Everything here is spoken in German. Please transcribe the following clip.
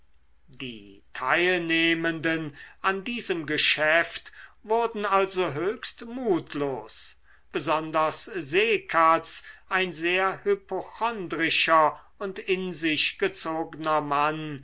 die teilnehmenden an diesem geschäft wurden also höchst mutlos besonders seekatz ein sehr hypochondrischer und in sich gezogner mann